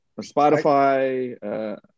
Spotify